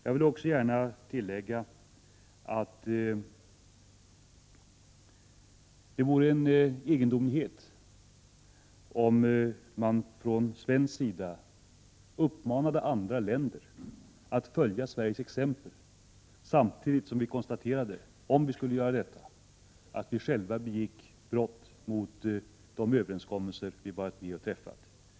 Jag vill tillägga, att det vore egendomligt om vi från svensk sida uppmanade andra länder att följa Sveriges exempel, om vi samtidigt konstaterade att vi — genom det beslut vi i dag fattar — bryter mot internationella överenskommelser som vi ingått.